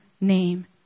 name